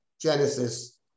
genesis